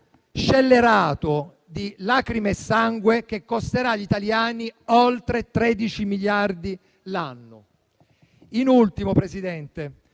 scellerato di lacrime e sangue che costerà agli italiani oltre 13 miliardi l'anno. In ultimo, Presidente,